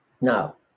now